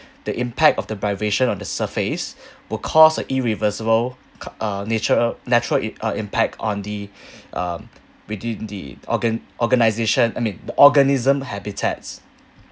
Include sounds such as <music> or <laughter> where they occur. the impact of the vibration on the surface will cause a irreversible uh nature natural it~ uh impact on the <breath> um within the organ~ organisation I mean organism habitats